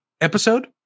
episode